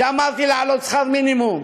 כשאמרתי להעלות שכר מינימום?